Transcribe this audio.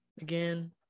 again